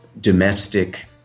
domestic